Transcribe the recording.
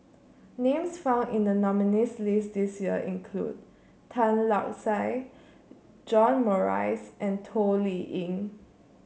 names found in the nominees' list this year include Tan Lark Sye John Morrice and Toh Liying